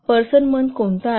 person month कोणता आहे